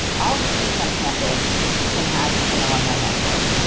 all students on campus can have an alumni mentor.